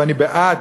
ואני בעד